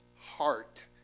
heart